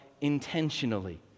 intentionally